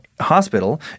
hospital